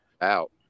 out